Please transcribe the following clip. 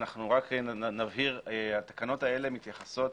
אנחנו רק נבהיר שהתקנות האלה מתייחסות